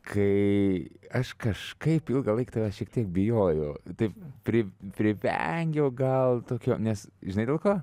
kai aš kažkaip ilgąlaik tavęs šiek tiek bijojau taip pri privengiau gal tokio nes žinai dėl ko